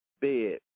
bed